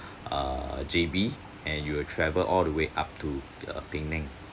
err J_B and you will travel all the way up to the penang